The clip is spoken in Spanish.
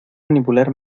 manipular